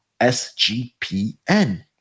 SGPN